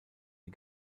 die